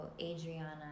Adriana